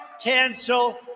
cancel